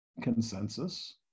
consensus